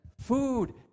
food